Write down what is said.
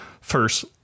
first